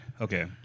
Okay